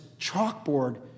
chalkboard